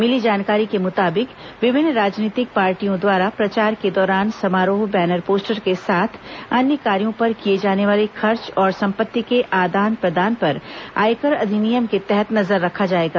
मिली जानकारी के मुताबिक विभिन्न राजनीतिक पार्टियों द्वारा प्रचार के दौरान समारोह बैनर पोस्टर के साथ अन्य कार्यों पर किए जाने वाले खर्च और संपत्ति के आदान प्रदान पर आयकर अधिनियम के तहत नजर रखा जाएगा